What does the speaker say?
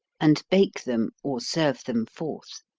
and bake them or serve them forth.